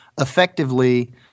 effectively